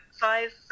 five